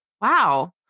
wow